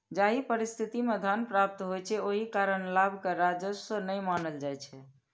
जाहि परिस्थिति मे धन प्राप्त होइ छै, ओहि कारण लाभ कें राजस्व नै मानल जाइ छै